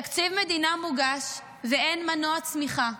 תקציב מדינה מוגש, ואין מנוע צמיחה,